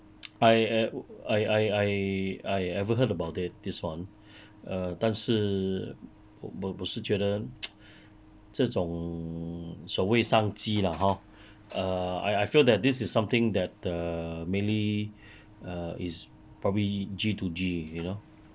I I I I I I ever heard about it this one err 但是我我我是觉得这种所谓商机 lah hor err I I I feel like this is something that err mainly err is probably G to G you know